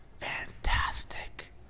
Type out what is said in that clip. fantastic